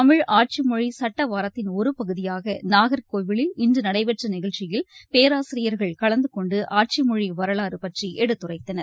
தமிழ் ஆட்சி மொழி சுட்ட வாரத்தின் ஒரு பகுதியாக நாகர்கோவிலில் இன்று நடைபெற்ற நிகழ்ச்சியில் பேராசிரியர்கள் கலந்துகொண்டு ஆட்சி மொழி வரலாறு பற்றி எடுத்துரைத்தனர்